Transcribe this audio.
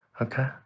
Okay